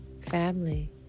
family